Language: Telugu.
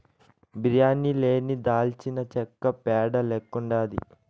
బిర్యానీ లేని దాల్చినచెక్క పేడ లెక్కుండాది